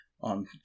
on